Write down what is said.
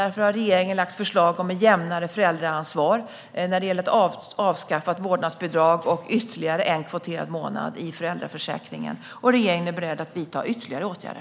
Därför har regeringen lagt fram förslag om ett jämnare föräldraansvar när det gäller ett avskaffat vårdnadsbidrag och ytterligare en kvoterad månad i föräldraförsäkringen. Regeringen är också beredd att vidta ytterligare åtgärder.